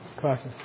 classes